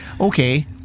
okay